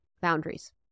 Boundaries